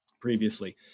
previously